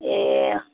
ए